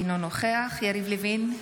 אינו נוכח יריב לוין,